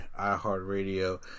iHeartRadio